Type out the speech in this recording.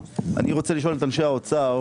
אני רוצה לשאול את אנשי האוצר.